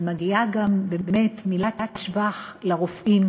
אז מגיעה גם באמת מילת שבח לרופאים,